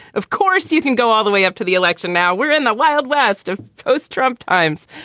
of course, you can go all the way up to the election. now we're in the wild west. ah both trump times.